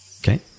Okay